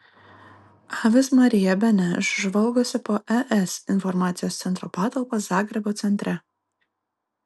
avis marija beneš žvalgosi po es informacijos centro patalpas zagrebo centre